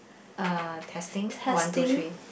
uh testing one two three